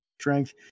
strength